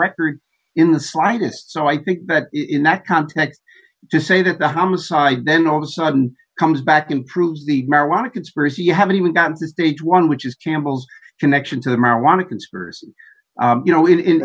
record in the slightest so i think that in that context to say that the homicide then all of a sudden comes back and proves the marijuana conspiracy you haven't even got to stage one which is campbell's connection to the marijuana conspiracy you know in